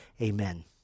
amen